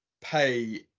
pay